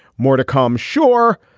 more to come? sure.